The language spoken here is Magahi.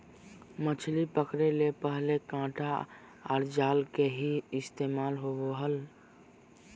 मछली पकड़े ले पहले कांटा आर जाल के ही इस्तेमाल होवो हल